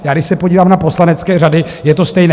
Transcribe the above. Já když se podívám na poslanecké řady, je to stejné.